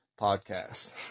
podcast